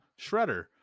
Shredder